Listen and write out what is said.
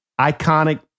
iconic